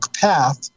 Path